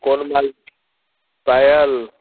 कोन माल पायल